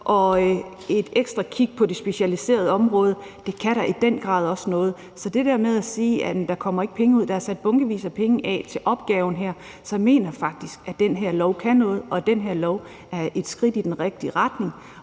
og et ekstra kig på det specialiserede område. Det kan da i den grad også noget. Og til det der med, at der ikke kommer penge med ud, vil jeg sige, at der er sat bunkevis af penge af til opgaven her. Så jeg mener faktisk, at den her lov kan noget, og at den her lov er et skridt i den rigtige retning.